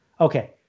Okay